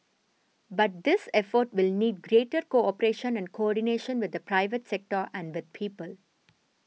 but this effort will need greater cooperation and coordination with the private sector and the people